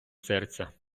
серця